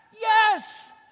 Yes